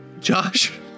Josh